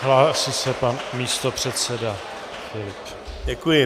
Hlásí se pan místopředseda Filip.